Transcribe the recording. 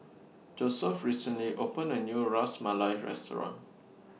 Josef recently opened A New Ras Malai Restaurant